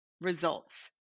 results